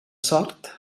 sort